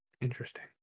interesting